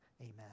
amen